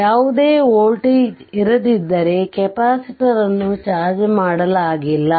ಯಾವುದೇ ವೋಲ್ಟೇಜ್ ಇರದಿದ್ದರೆ ಕೆಪಾಸಿಟರ್ ಅನ್ನು ಚಾರ್ಜ್ ಮಾಡಲಾಗಿಲ್ಲ